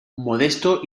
modesto